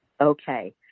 Okay